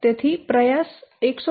તેથી પ્રયાસ 115